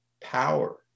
power